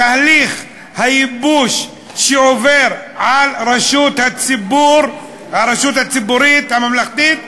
תהליך הייבוש שעובר על הרשות הציבורית הממלכתית,